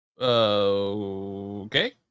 okay